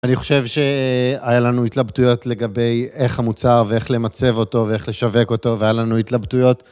אני חושב שהיה לנו התלבטויות לגבי איך המוצר ואיך למצב אותו ואיך לשווק אותו והיה לנו התלבטויות.